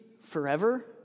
forever